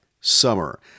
summer